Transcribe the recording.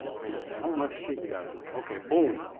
man so much shit, you gotta do. okay. boom.